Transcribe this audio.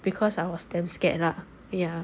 because I was damn scared lah ya